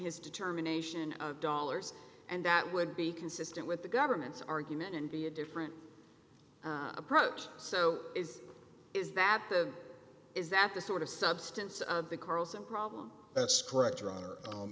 his determination of dollars and that would be consistent with the government's argument and be a different approach so is is that the is that the sort of substance of the carlson problem that's correct your hon